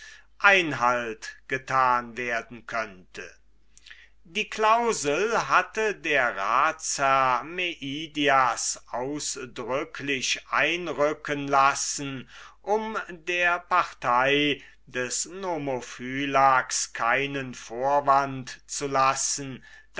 einhalt getan werden könnte die clausel hatte der ratsherr meidias ausdrücklich einrücken lassen um die partei des nomophylax entweder zu gewinnen oder ihr wenigstens keinen vorwand zu lassen